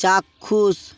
চাক্ষুষ